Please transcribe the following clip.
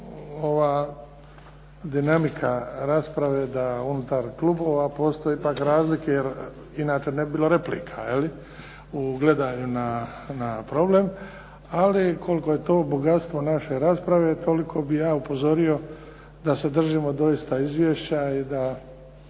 ova dinamika rasprave da unutar klubova postoje pak razlike, inače ne bi bilo replika, je li, u gledanju na problem. Ali koliko je to bogatstvo naše rasprave. Toliko bih ja upozorio da se držimo doista izvješća i za